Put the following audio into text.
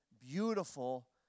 beautiful